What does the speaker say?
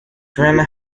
drama